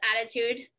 attitude